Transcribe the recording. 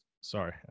sorry